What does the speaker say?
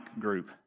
group